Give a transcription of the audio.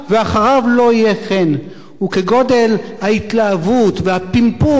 וכגודל ההתלהבות והפמפום של ערוצי הטלוויזיה המסחריים,